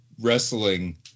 wrestling